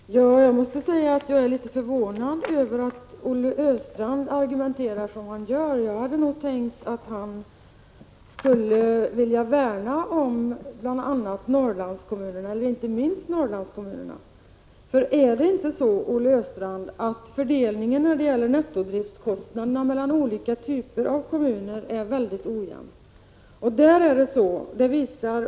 Herr talman! Jag måste säga att jag är litet förvånad över att Olle Östrand argumenterar som han gör. Jag hade nog tänkt att han skulle vilja värna om inte minst Norrlandskommunerna. För är det inte så, Olle Östrand, att fördelningen när det gäller nettodriftkostnaderna mellan olika typer av kommuner är väldigt ojämn?